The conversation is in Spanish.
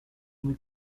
muy